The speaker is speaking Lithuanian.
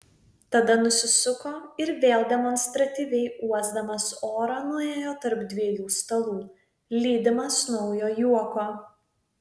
tada nusisuko ir vėl demonstratyviai uosdamas orą nuėjo tarp dviejų stalų lydimas naujo juoko